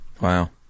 Wow